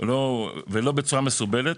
ולא בצורה מסורבלת,